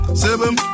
seven